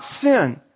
sin